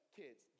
kids